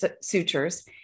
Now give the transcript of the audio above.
sutures